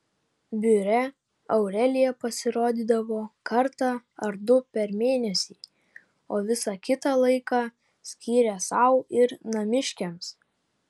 biure aurelija pasirodydavo kartą ar du per mėnesį o visą kitą laiką skyrė sau ir namiškiams